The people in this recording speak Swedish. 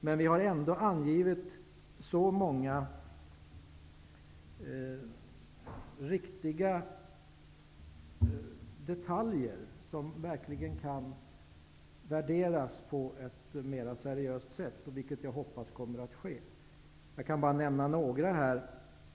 Men vi har ändå angivit så många riktiga detaljer, som verkligen kan värderas på ett mera seriöst sätt, vilket jag hoppas kommer att ske. Jag kan bara nämna några.